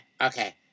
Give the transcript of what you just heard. okay